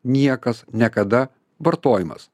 niekas nekada vartojimas